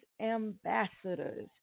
ambassadors